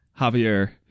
javier